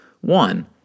one